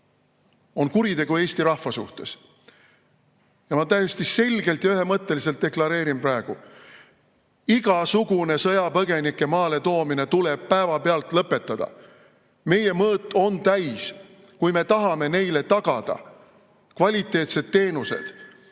on kuritegu eesti rahva vastu. Ma täiesti selgelt ja ühemõtteliselt deklareerin praegu: igasugune sõjapõgenike maaletoomine tuleb päevapealt lõpetada. Meie mõõt on täis. Kui me tahame neile tagada kvaliteetseid teenuseid